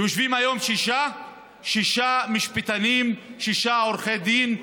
יושבים היום שישה משפטנים, שישה עורכי דין,